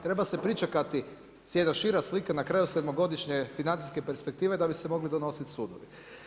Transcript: Treba se pričekati jedna šira slika na kraju sedmogodišnje financijske perspektive da bi se mogli donositi sudovi.